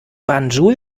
banjul